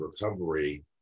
recovery